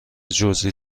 جزئی